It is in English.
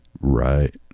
Right